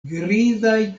grizaj